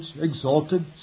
exalted